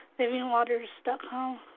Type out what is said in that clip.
Livingwaters.com